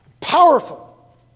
powerful